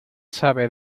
sabe